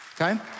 okay